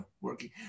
working